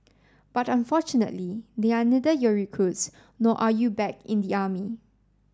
but unfortunately they are neither your recruits nor are you back in the army